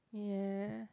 ya